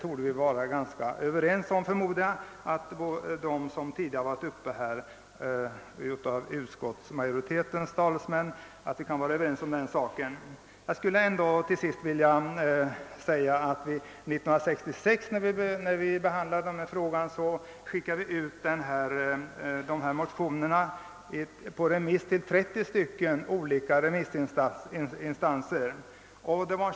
Också utskottsmajoritetens talesmän torde vara ense med mig om den saken. När vi år 1966 behandlade denna fråga skickade vi ut motionerna på remiss till 30 olika instanser.